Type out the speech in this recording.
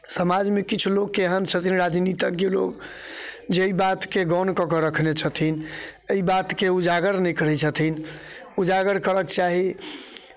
समाजमे किछु लोक एहन छथिन राजनीतिज्ञ लोक जे ई बातके गौण कऽ कऽ राखने छथिन एहि बातके उजागर नहि करै छथिन उजागर करऽके चाही